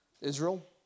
Israel